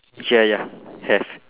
ya ya have